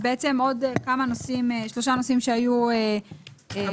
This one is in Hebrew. בעצם עוד שלושה נושאים שהיו --- אבל